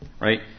right